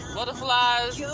Butterflies